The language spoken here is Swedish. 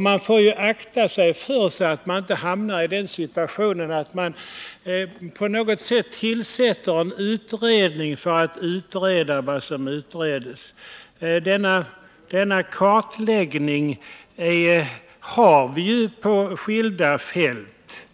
Man får akta sig för att hamna i den situationen att man tillsätter en utredning för att utreda vad som utreds. Den begärda kartläggningen finns på skilda fält.